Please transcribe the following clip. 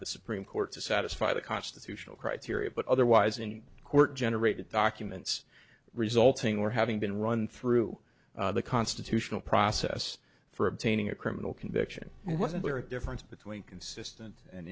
the supreme court to satisfy the constitutional criteria but otherwise in court generated documents resulting or having been run through the constitutional process for obtaining a criminal conviction and wasn't there a difference between consistent and